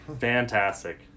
Fantastic